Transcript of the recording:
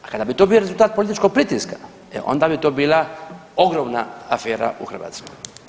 A kada bi to bio rezultat političkog pritiska, e onda bi to bila ogromna afera u Hrvatskoj.